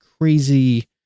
crazy